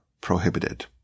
prohibited